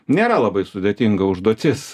nėra labai sudėtinga užduotis